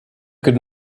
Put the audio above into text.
could